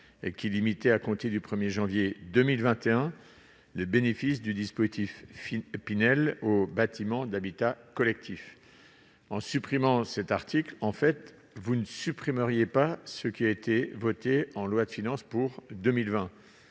qui limite, à compter du 1 janvier 2021, le bénéfice du Pinel aux bâtiments d'habitation collectifs. En supprimant cet article, vous ne supprimeriez pas ce qui a été voté en projet de loi de finances pour 2020.